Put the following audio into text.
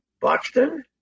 Buxton